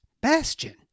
Bastion